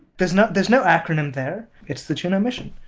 there's no there's no acronym there it's the juno mission.